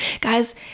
Guys